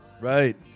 Right